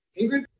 Ingrid